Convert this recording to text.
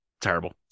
terrible